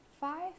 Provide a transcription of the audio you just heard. five